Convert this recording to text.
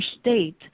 state